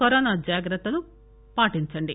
corona జాగ్రత్తలు పాటించండి